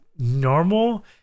normal